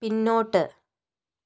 പിന്നോട്ട്